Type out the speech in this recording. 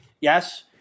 yes